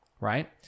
right